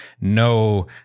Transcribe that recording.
no